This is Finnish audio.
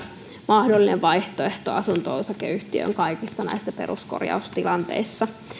mahdollinen vaihtoehto kaikissa näissä asunto osakeyhtiön peruskorjaustilanteissa